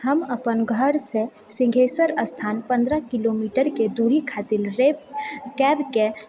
हम अपन घरसँ सिंहेश्वर स्थान पन्द्रह किलोमीटरके दूरी खातिर कैबके